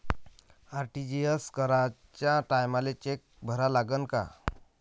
RTGS कराच्या टायमाले cheque भरा लागन का?